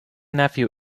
nephew